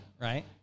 right